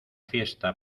fiesta